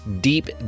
deep